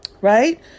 right